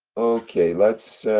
okay. let's.